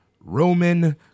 Roman